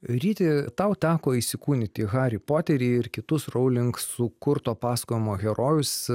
ryti tau teko įsikūnyti į harį poterį ir kitus rowling sukurto pasakojimo herojus